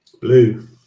Blue